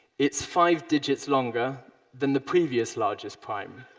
it's five digits longer than the previous largest prime.